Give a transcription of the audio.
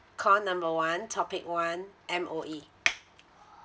call number one topic one M_O_E